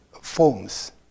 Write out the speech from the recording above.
forms